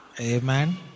Amen